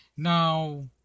Now